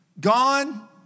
gone